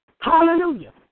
Hallelujah